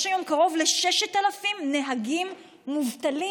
יש היום קרוב ל-6,000 נהגים מובטלים.